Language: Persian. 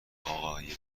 آقای